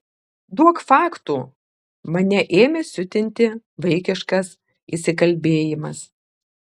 duok faktų mane ėmė siutinti vaikiškas įsikalbėjimas